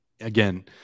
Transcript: again